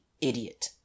idiot